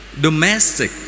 domestic